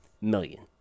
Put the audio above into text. million